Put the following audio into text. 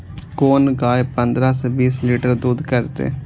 कोन गाय पंद्रह से बीस लीटर दूध करते?